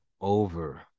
over